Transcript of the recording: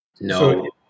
No